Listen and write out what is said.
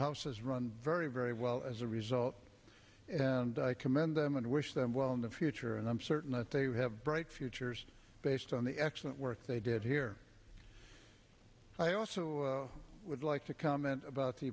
house has run very very well as a result and i commend them and wish them well in the future and i'm certain that they have bright futures based on the excellent work they did here i also would like to comment about the